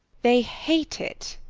they hate it.